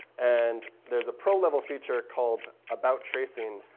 and there's a pro level feature called about tracing,